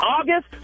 August